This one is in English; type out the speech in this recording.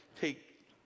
take